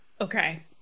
Okay